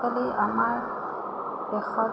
আজিকালি আমাৰ দেশত